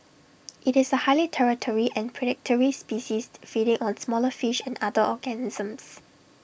IT is A highly territorial and predatory species feeding on smaller fish and other organisms